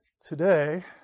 today